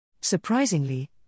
Surprisingly